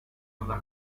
una